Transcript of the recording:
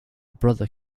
brother